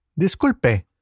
Disculpe